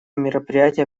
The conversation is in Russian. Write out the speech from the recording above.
мероприятия